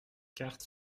carte